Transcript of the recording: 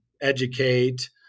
educate